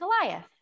Goliath